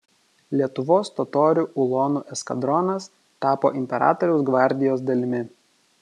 lietuvos totorių ulonų eskadronas tapo imperatoriaus gvardijos dalimi